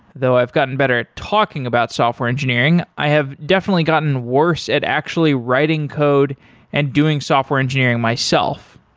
though i've gotten better at talking about software engineering, i have definitely gotten worse at actually writing code and doing software engineering myself.